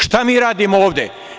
Šta mi radimo ovde?